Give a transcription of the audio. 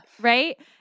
right